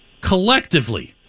collectively